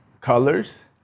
colors